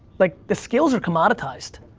like, the skills or commoditized.